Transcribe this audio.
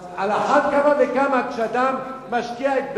אז על אחת כמה וכמה כשאדם משקיע את ביתו.